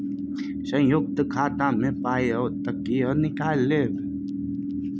संयुक्त खाता मे पाय आओत त कियो निकालि लेब